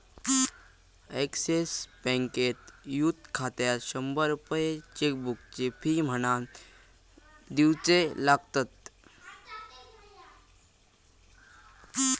axis बँकेत youth खात्यात शंभर रुपये चेकबुकची फी म्हणान दिवचे लागतत